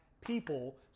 people